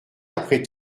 après